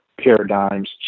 paradigms